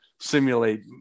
simulate